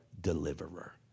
deliverer